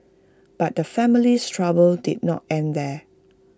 but the family's trouble did not end there